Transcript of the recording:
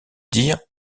dire